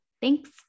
Thanks